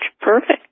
Perfect